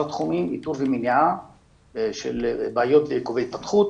תחומים איתור ומניעה של בעיות בהתפתחות,